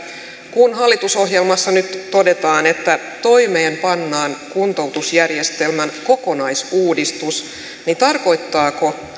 kun hallitusohjelmassa nyt todetaan että toimeenpannaan kuntoutusjärjestelmän kokonaisuudistus niin tarkoittaako